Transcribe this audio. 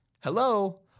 hello